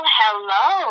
hello